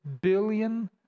billion